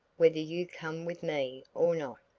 whether you come with me or not,